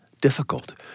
difficult